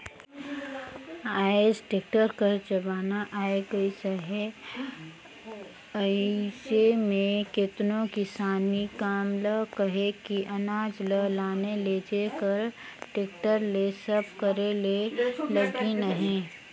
आएज टेक्टर कर जमाना आए गइस अहे अइसे में केतनो किसानी काम ल कहे कि अनाज ल लाने लेइजे कर टेक्टर ले सब करे में लगिन अहें